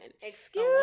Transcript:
excuse